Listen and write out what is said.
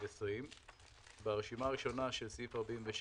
16-80-20. ברשימה הראשונה לעניין סעיף 46